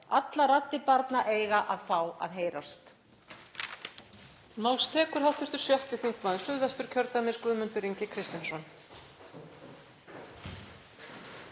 Allar raddir barna eiga að fá að heyrast.